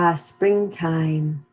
ah spring time,